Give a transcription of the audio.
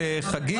לחגים.